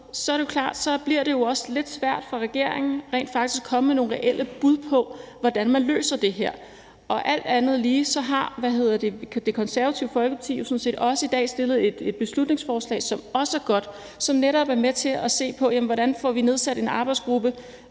så er det jo også klart, at det bliver lidt svært for regeringen at komme med nogle reelle bud på, hvordan man løser det her. Alt andet lige har Det Konservative Folkeparti jo så også fremsat et beslutningsforslag, som også er godt, og hvor man netop er med til at se på, hvordan vi får nedsat en arbejdsgruppe,